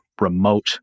remote